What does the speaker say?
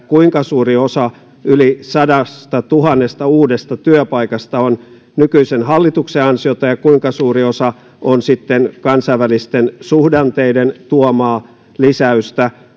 kuinka suuri osa yli sadastatuhannesta uudesta työpaikasta on nykyisen hallituksen ansiota ja kuinka suuri osa on sitten kansainvälisten suhdanteiden tuomaa lisäystä